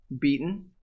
beaten